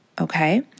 okay